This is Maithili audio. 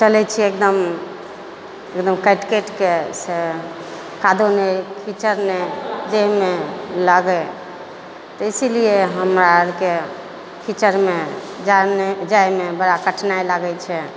चलै छियै एकदम एकदम कटि कटिके से कादो नहि कीचड़ नहि देहमे लागै तऽ इसीलिए हमरा अरके कीचड़मे जाइ जाइमे बड़ा कठिनाइ लागै छै